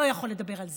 אני לא יכול לדבר על זה,